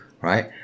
right